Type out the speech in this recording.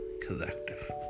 collective